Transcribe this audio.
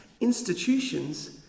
institutions